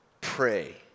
pray